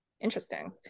Interesting